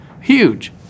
huge